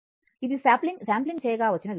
ఇది శాంప్లింగ్ చేయగా వచ్చిన విలువ